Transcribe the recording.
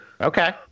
Okay